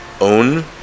own